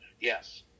Yes